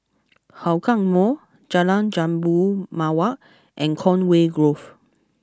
Hougang Mall Jalan Jambu Mawar and Conway Grove